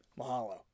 Mahalo